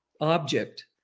object